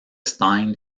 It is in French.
stein